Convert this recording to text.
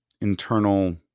internal